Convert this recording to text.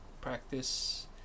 practice